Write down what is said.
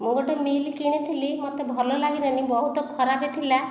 ମୁଁ ଗୋଟିଏ ମିଲ୍ କିଣିଥିଲି ମୋତେ ଭଲ ଲାଗିଲା ନାହିଁ ବହୁତ ଖରାପ ଥିଲା